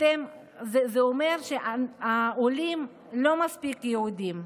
זה אומר שהעולים לא מספיק יהודים,